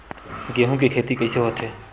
गेहूं के खेती कइसे होथे?